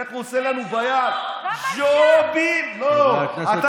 איך הוא עושה לנו ביד, נו, מה, כמה אפשר?